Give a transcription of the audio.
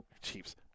Chiefs